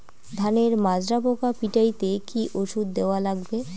ধানের মাজরা পোকা পিটাইতে কি ওষুধ দেওয়া লাগবে?